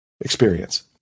experience